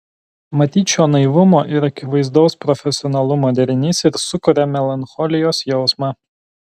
matyt šio naivumo ir akivaizdaus profesionalumo derinys ir sukuria melancholijos jausmą